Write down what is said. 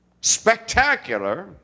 spectacular